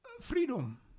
freedom